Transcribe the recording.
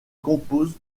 compose